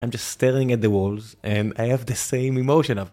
אני פשוט מסתכל על הקירות, ויש לי את אותה הרגשה